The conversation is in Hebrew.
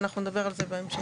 ואנחנו נדבר על זה בהמשך.